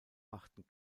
machten